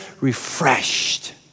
refreshed